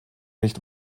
nicht